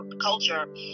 culture